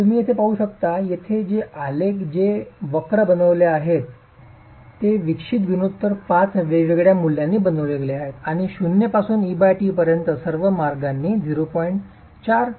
तर तुम्ही ते येथे पाहू शकता येथे हे आलेख जे हे वक्र बनविले गेले आहेत जे विक्षिप्त गुणोत्तर पाच वेगवेगळ्या मूल्यांनी बनविलेले आहेत आणि 0 पासून e t पर्यंत सर्व मार्गांनी 0